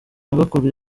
nyogokuru